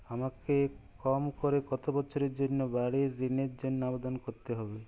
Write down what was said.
আমাকে কম করে কতো বছরের জন্য বাড়ীর ঋণের জন্য আবেদন করতে হবে?